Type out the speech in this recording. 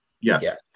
yes